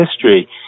history